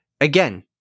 again